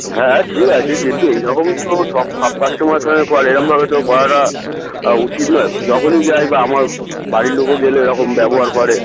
হ্যাঁ ঠিক আছে কিন্তু এরকম তো সব সব কাস্টমারের সঙ্গে করে এরকমভাবে তো করাটা উচিত নয় যখনই যাই বা আমার বাড়ির লোকও গেলে এরকম ব্যবহার করে